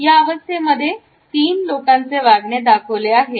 या अवस्थेमध्ये तीन लोकांचे वागणे दाखवलेले आहे